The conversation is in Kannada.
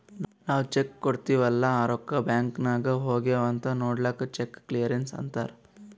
ನಾವ್ ಚೆಕ್ ಕೊಡ್ತಿವ್ ಅಲ್ಲಾ ರೊಕ್ಕಾ ಬ್ಯಾಂಕ್ ನಾಗ್ ಹೋಗ್ಯಾವ್ ಅಂತ್ ನೊಡ್ಲಕ್ ಚೆಕ್ ಕ್ಲಿಯರೆನ್ಸ್ ಅಂತ್ತಾರ್